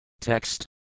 Text